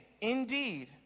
indeed